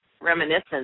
reminiscence